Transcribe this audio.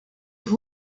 have